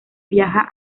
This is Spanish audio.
viaja